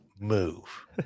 move